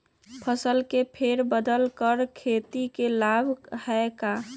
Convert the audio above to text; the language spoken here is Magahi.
फसल के फेर बदल कर खेती के लाभ है का?